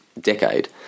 decade